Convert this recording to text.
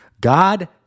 God